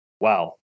wow